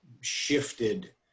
shifted